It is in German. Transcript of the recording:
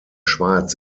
schweiz